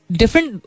different